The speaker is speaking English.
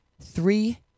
three